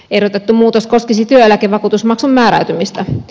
ehdotettu muutos koskisi työeläkevakuutusmaksun määräytymistä